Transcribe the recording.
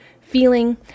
feeling